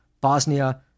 Bosnia